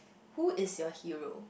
who is your hero